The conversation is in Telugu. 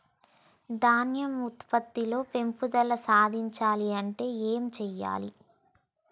ధాన్యం ఉత్పత్తి లో పెంపుదల సాధించాలి అంటే ఏం చెయ్యాలి?